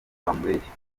wamubeshya